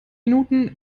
minuten